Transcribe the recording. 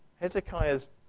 Hezekiah's